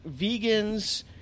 vegans